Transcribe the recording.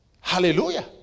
Hallelujah